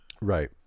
Right